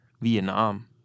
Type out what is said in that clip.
Vietnam